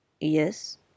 Yes